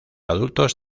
adultos